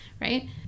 right